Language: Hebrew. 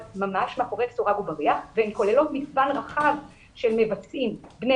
ממש מאחורי סורג ובריח והן כוללות מספר רחב של מבצעים - בני